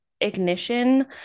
ignition